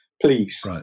please